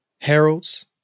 Harold's